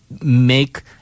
make